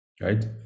Right